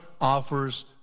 offers